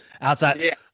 outside